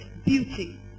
Beauty